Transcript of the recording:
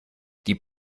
die